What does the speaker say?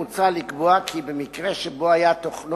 מוצע לקבוע כי במקרה שבו היה תוכנו